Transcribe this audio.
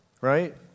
right